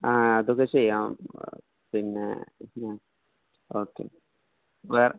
ആ അതൊക്കെ ചെയ്യാം പിന്നെ ഞാൻ ഓക്കെ വേറെ